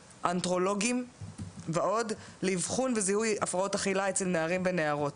גסטרואנתרולוגים ועוד לאבחון וזיהוי הפרעות אכילה אצל נערים ונערות.